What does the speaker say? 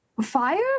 fire